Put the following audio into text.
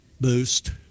boost